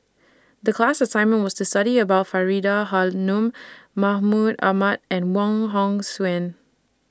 The class assignment was to study about Faridah Hanum Mahmud Ahmad and Wong Hong Suen